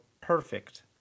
perfect